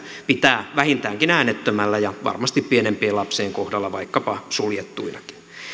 pitää vähintäänkin äänettömällä ja varmasti pienempien lapsien kohdalla vaikkapa suljettuinakin